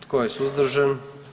Tko je suzdržan?